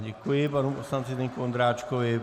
Děkuji pan poslanci Ondráčkovi.